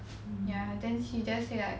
ya then he just say like